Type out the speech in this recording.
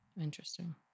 interesting